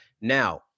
Now